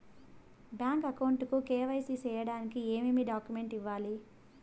Bank account కు KYC సేయడానికి ఏమేమి డాక్యుమెంట్ ఇవ్వాలి?